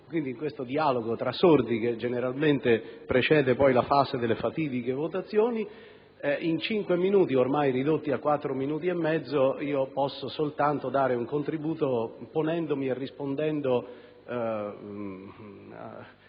ascolto, questo dialogo tra sordi che generalmente precede poi la fase delle fatidiche votazioni. In cinque minuti, ormai ridotti a quattro minuti e mezzo, posso soltanto dare un contributo ponendomi e rispondendo